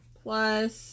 plus